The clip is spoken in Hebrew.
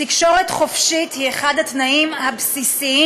תקשורת חופשית היא אחד התנאים הבסיסיים